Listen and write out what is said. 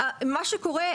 מה שקורה,